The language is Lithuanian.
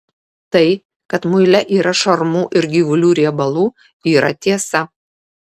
tai kad muile yra šarmų ir gyvulių riebalų yra tiesa